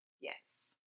Yes